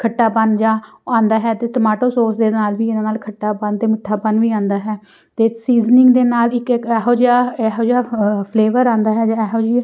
ਖੱਟਾਪਨ ਜਿਹਾ ਆਉਂਦਾ ਹੈ ਅਤੇ ਟਮਾਟੋ ਸੋਸ ਦੇ ਨਾਲ ਵੀ ਇਹਨਾਂ ਨਾਲ ਖੱਟਾਪਨ ਅਤੇ ਮਿੱਠਾਪਨ ਵੀ ਆਉਂਦਾ ਹੈ ਅਤੇ ਸੀਜ਼ਨਿੰਗ ਦੇ ਨਾਲ ਇੱਕ ਇੱਕ ਇਹੋ ਜਿਹਾ ਇਹੋ ਜਿਹਾ ਫਲੇਵਰ ਆਉਂਦਾ ਹੈ ਜਾ ਇਹੋ ਜਿਹੀ